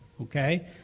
Okay